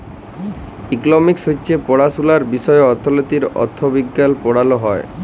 economics হছে পড়াশুলার বিষয় অথ্থলিতি, অথ্থবিজ্ঞাল পড়াল হ্যয়